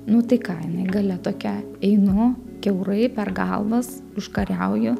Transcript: nu tai ką jinai galia tokia einu kiaurai per galvas užkariauju